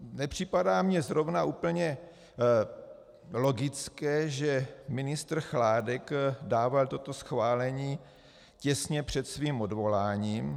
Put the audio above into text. Nepřipadá mi zrovna úplně logické, že ministr Chládek dával toto schválení těsně před svým odvoláním.